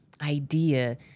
idea